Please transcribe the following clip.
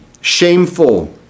shameful